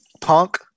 Punk